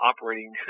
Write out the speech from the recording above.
operating